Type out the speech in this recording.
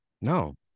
No